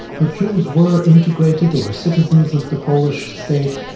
but jews were integrated, they were citizens of the polish state,